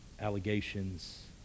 allegations